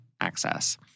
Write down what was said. access